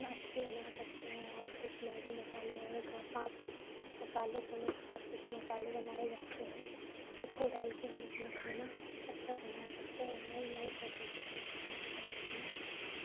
ना अच्छे बना सकते हैं और कुछ मैगी मसाले वग़ैरह चार पाँच मसालों को मिक्स कर के जो मसाले बनाए जाते हैं उसको डाल के हम अपना खाना अच्छा बना सकते और नए नए तरीक़े से खाने को बनाने में